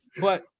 But-